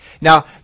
Now